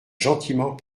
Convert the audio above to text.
gentiment